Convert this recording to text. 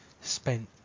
spent